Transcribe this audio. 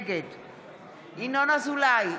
נגד ינון אזולאי,